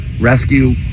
Rescue